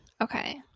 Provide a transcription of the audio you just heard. Okay